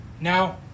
Now